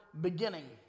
beginning